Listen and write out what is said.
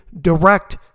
direct